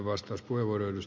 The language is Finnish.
arvoisa puhemies